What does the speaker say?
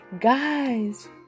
guys